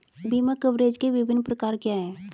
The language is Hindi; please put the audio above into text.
बीमा कवरेज के विभिन्न प्रकार क्या हैं?